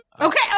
Okay